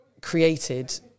created